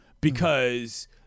because-